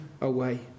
away